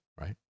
right